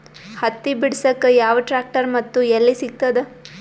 ಹತ್ತಿ ಬಿಡಸಕ್ ಯಾವ ಟ್ರ್ಯಾಕ್ಟರ್ ಮತ್ತು ಎಲ್ಲಿ ಸಿಗತದ?